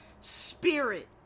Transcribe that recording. spirit